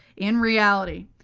in reality,